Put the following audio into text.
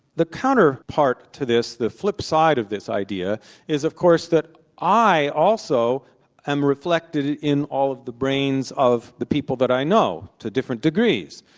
the counterpart to this, the flipside of this idea is of course that i also am reflected in all of the brains of the people that i know, to different degrees.